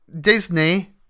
Disney